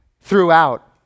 throughout